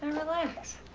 relax.